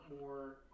more